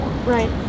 Right